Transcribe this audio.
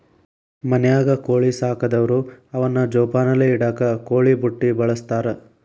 ಮನ್ಯಾಗ ಕೋಳಿ ಸಾಕದವ್ರು ಅವನ್ನ ಜೋಪಾನಲೆ ಇಡಾಕ ಕೋಳಿ ಬುಟ್ಟಿ ಬಳಸ್ತಾರ